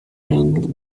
handle